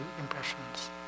impressions